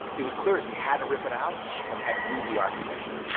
it was clear as we had to rip it out and we had to move the architecture.